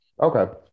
Okay